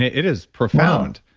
it is profound.